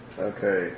Okay